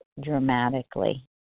dramatically